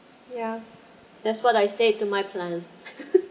ya that's what I said to my plants